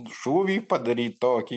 šūvį padaryt tokį